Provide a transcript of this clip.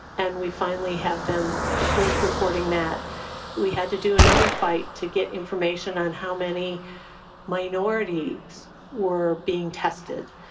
and we finally have them at least reporting that we had to do another fight to get information on how many minorities were being tested.